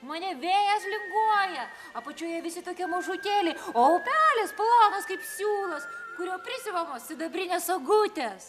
mane vėjas linguoja apačioje visi tokie mažutėliai o upelis plonas kaip siūlas kuriuo prisiuvamos sidabrinės sagutės